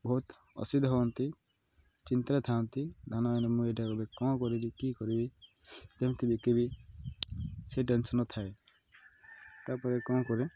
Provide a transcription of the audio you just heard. ବହୁତ ଅସିଦ୍ଧ ହୁଅନ୍ତି ଚିନ୍ତାରେ ଥାଆନ୍ତି ଧାନ ଏବେ ମୁଁ ଏଇଟା କ'ଣ କରିବି କି କରିବି କେମିତି ବିକିବି ସେ ଟେନସନ୍ରେ ଥାଏ ତାପରେ କ'ଣ କରେ